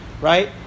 Right